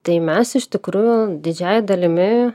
tai mes iš tikrųjų didžiąja dalimi